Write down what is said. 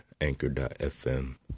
anchor.fm